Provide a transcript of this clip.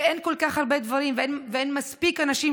שאין כל כך הרבה דברים ואין מספיק אנשים